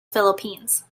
philippines